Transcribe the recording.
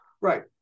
Right